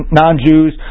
non-Jews